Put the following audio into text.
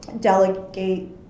delegate